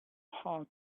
hard